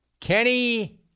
Kenny